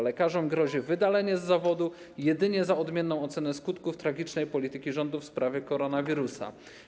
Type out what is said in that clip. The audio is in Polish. Lekarzom grozi wydalenie z zawodu jedynie za odmienną ocenę skutków tragicznej polityki rządów w sprawie koronawirusa.